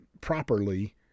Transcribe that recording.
properly